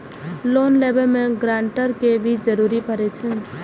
Loan लेबे में grantor के भी जरूरी परे छै?